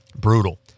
Brutal